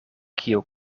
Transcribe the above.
kio